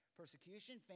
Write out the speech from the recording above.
Persecution